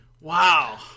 wow